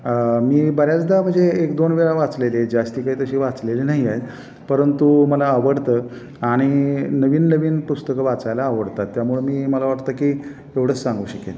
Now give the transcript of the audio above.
मी बऱ्याचदा म्हणजे एक दोन वेळा वाचलेले जास्ती काही तशी वाचलेली नाही आहेत परंतु मला आवडतं आणि नवीन नवीन पुस्तकं वाचायला आवडतात त्यामुळे मी मला वाटतं की एवढंच सांगू शकेल